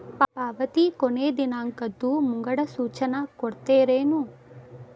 ಪಾವತಿ ಕೊನೆ ದಿನಾಂಕದ್ದು ಮುಂಗಡ ಸೂಚನಾ ಕೊಡ್ತೇರೇನು?